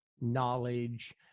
knowledge